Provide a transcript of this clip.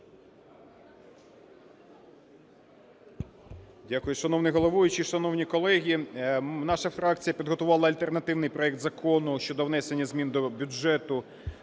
Дякую. Шановний головуючий, шановні колеги! Наша фракція підготувала альтернативний проект Закону щодо внесення змін до